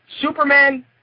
Superman